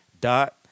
Dot